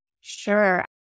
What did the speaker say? Sure